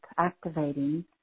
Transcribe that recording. activating